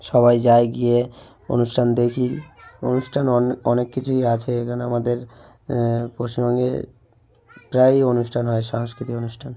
সবাই যায় গিয়ে অনুষ্ঠান দেখি অনুষ্ঠান অনেক কিছুই আছে এখানে আমাদের পশ্চিমবঙ্গে প্রায়ই অনুষ্ঠান হয় সাংস্কৃতিক অনুষ্ঠান